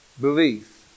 Belief